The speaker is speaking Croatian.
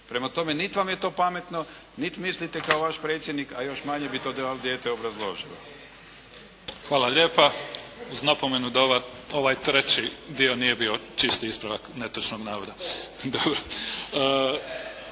Prema tome niti vam je to pametno niti mislite kao vaš predsjednik, a još manje bi to dijete obrazložilo. **Mimica, Neven (SDP)** Hvala lijepa. Uz napomenu da ovaj treći nije bio čisti ispravak netočnog navoda.